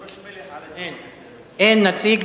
אין נציג.